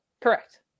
Correct